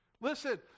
Listen